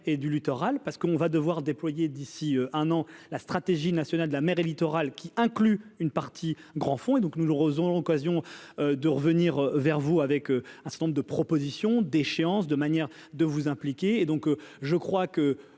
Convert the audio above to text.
et du littoral parce qu'on va devoir déployer d'ici un an, la stratégie nationale de la mer et littoral qui inclut une partie grand fonds et donc nous le rose, l'occasion de revenir vers vous avec un certain nombre de propositions d'de manière de vous impliquer et donc je crois que